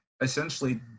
essentially